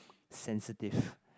sensitive